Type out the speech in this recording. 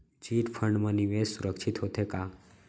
Chit fund मा निवेश सुरक्षित होथे का?